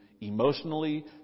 emotionally